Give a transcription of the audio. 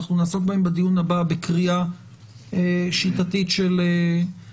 אנחנו נעסוק בהם בדיון הבא בקריאה שיטתית של הסעיפים,